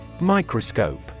Microscope